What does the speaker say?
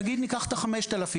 נגיד ניקח את ה-5,000.